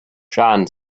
sean